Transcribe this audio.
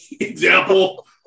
Example